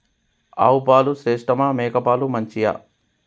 ఆవు పాలు శ్రేష్టమా మేక పాలు మంచియా?